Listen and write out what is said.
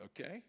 okay